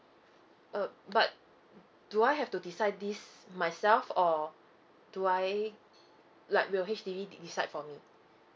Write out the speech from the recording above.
uh but do I have to decide this myself or do I like will H_D_B decide for me